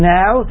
now